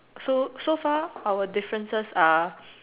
so so far our differences are